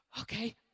Okay